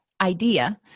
idea